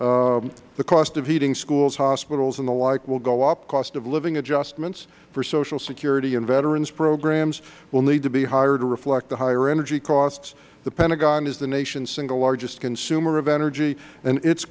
services the cost of heating schools hospitals and the like will go up cost of living adjustments for social security and veterans programs will need to be higher to reflect the higher energy costs the pentagon is the nation's single largest consumer of energy and it